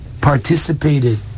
participated